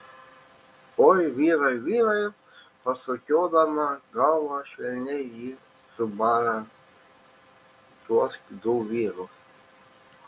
oi vyrai vyrai pasukiodama galvą švelniai ji subara tuos du vyrus